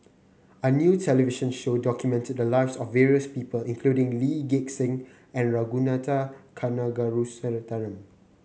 a new television show documented the lives of various people including Lee Gek Seng and Ragunathar Kanagasuntheram